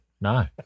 no